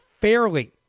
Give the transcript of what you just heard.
fairly